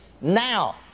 Now